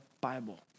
Bible